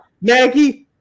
Maggie